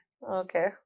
Okay